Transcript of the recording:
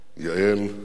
יעל,